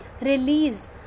released